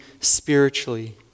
spiritually